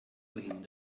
wohin